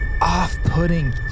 off-putting